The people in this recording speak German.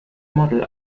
model